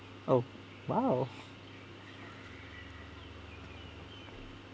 oh !wow!